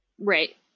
Right